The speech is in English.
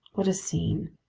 what a scene!